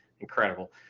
Incredible